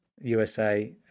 USA